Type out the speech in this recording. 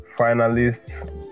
finalists